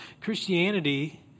Christianity